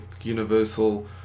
universal